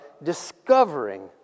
Discovering